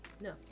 no